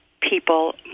people